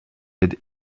aide